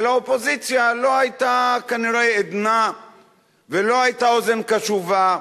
ולאופוזיציה לא היתה כנראה עדנה ולא היתה אוזן קשובה,